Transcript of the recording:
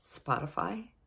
Spotify